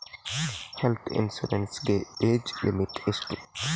Health insurance ಗೆ age limit ಎಷ್ಟು?